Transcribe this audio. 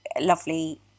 lovely